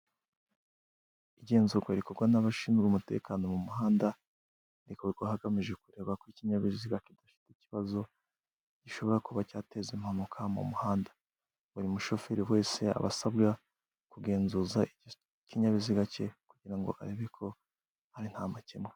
Igenzurwa rikorwa n'abashinzwe umutekano mu muhanda, rikorwa hagamijwe kureba ko ikinyabiziga kidafite ikibazo, gishobora kuba cyateza impanuka mu muhanda. Buri mushoferi wese aba asabwa kugenzuza ikinyabiziga ce kugira ngo arebe ko ari nta makemwa.